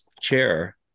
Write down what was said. chair